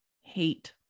hate